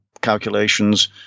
calculations